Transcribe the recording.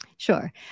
Sure